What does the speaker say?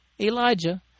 Elijah